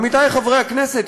עמיתי חברי הכנסת,